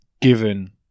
given